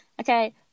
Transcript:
Okay